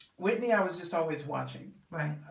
whitney i was just always watching.